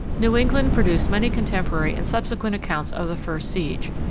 new england produced many contemporary and subsequent accounts of the first siege,